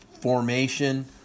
formation